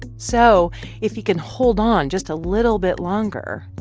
so if he can hold on just a little bit longer,